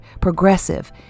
progressive